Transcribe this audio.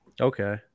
Okay